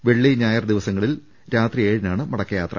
വെള്ളി ഞായർ ദിവസങ്ങളിൽ രാത്രി ഏഴിനാണ് മടക്കയാത്ര